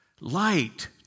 light